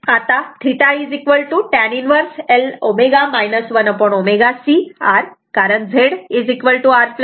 आता θ tan 1 L ω 1ω C R कारण ZR j असे आहे